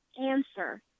answer